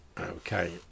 Okay